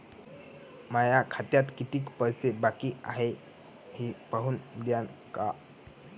माया खात्यात कितीक पैसे बाकी हाय हे पाहून द्यान का?